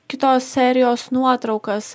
kitos serijos nuotraukas